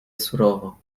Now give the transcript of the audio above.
surowo